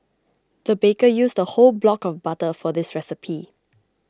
the baker used a whole block of butter for this recipe